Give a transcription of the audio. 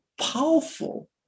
powerful